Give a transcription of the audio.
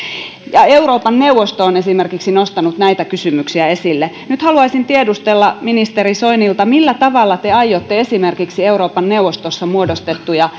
euroopan neuvosto on esimerkiksi nostanut näitä kysymyksiä esille nyt haluaisin tiedustella ministeri soinilta millä tavalla te aiotte esimerkiksi euroopan neuvostossa muodostettuja